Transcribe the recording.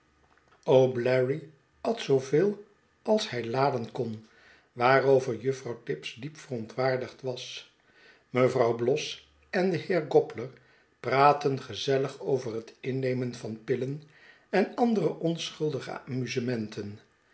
o'bleary at zooveel als hij laden kon waarover juffrouw tibbs diep verontwaardigd was mevrouw bloss en de heer gobler praatten gezellig over het innemen van pillen en andere onschuldige amusementen